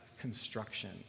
construction